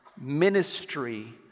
ministry